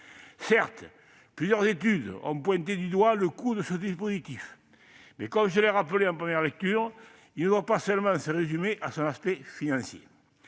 Certes, plusieurs études ont pointé du doigt le coût de ce dispositif, mais, comme je l'ai rappelé en première lecture, celui-ci ne doit pas seulement se résumer à son aspect financier.